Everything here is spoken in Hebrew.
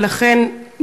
ולכן,